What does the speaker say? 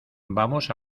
vamos